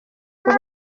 kuba